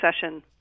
session